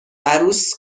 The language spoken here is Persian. عروس